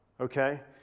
okay